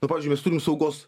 nu pavyzdžiui mes turim saugos